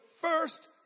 first